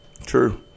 True